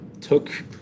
took